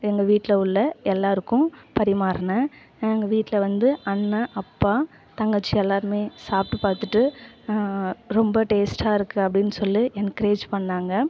எங்கள் வீட்டில் உள்ள எல்லோருக்கும் பரிமாறினேன் எங்கள் வீட்டில் வந்து அண்ணன் அப்பா தங்கச்சி எல்லோருமே சாப்பிட்டு பார்த்துட்டு ரொம்ப டேஸ்ட்டாக இருக்குது அப்படின்னு சொல்லி என்கரேஜ் பண்ணாங்க